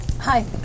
Hi